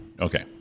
Okay